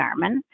Garmin